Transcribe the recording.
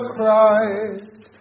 Christ